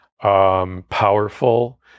powerful